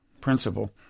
principle